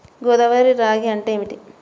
గోదావరి రాగి అంటే ఏమిటి?